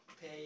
pay